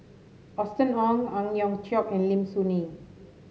Austen Ong Ang Hiong Chiok and Lim Soo Ngee